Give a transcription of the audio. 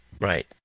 Right